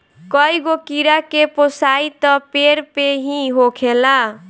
कईगो कीड़ा के पोसाई त पेड़ पे ही होखेला